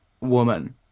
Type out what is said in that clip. woman